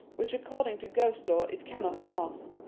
which according to ghost-lore it cannot pass.